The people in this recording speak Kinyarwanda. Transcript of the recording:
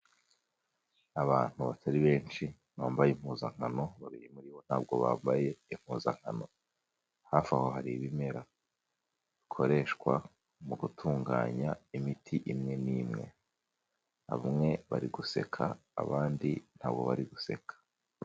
Abantu batari benshi bambaye impuzankano babiri muri bo ntabwo bambaye impuzakankano, hafi aho hari ibimera bikoreshwa mu gutunganya imiti imwe n'imwe bamwe bari guseka abandi ntabwo bari guseka.